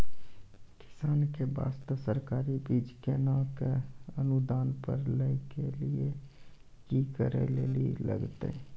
किसान के बास्ते सरकारी बीज केना कऽ अनुदान पर लै के लिए की करै लेली लागतै?